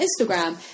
instagram